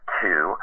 two